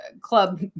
club